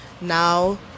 now